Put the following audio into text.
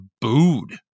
booed